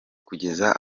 kugeza